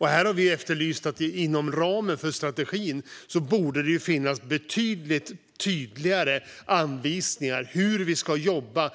Vi har efterlyst att det inom ramen för strategin borde finnas betydligt tydligare anvisningar för hur vi i Sverige ska jobba